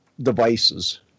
devices